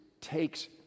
takes